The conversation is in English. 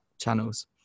channels